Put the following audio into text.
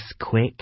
Quick